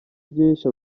byinshi